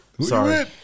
Sorry